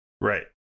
Right